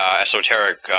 esoteric